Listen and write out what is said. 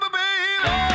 baby